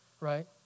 right